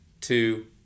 two